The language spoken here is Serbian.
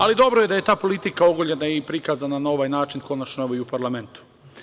Ali, dobro je da je ta politika ogoljena i prikazana na ovaj način konačno evo i u parlamentu.